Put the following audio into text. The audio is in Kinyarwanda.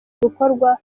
gukorwa